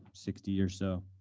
sixty or so.